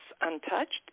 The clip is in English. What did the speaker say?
untouched